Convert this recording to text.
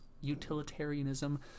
utilitarianism